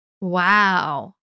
Wow